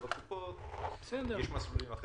ובקופות יש מסלולים אחרים.